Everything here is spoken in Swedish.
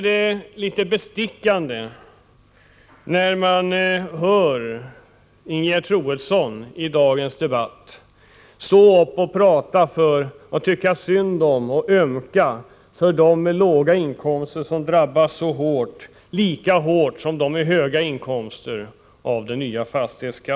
Det som Ingegerd Troedsson sade i dagens debatt, där hon ömkade sig över de låginkomsttagare som drabbas så hårt av den nya fastighetsskatten — lika hårt som de med höga inkomster — kan därför verka bestickande.